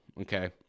okay